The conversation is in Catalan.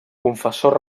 confessor